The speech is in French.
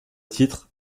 titre